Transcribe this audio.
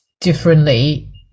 differently